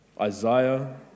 Isaiah